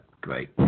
great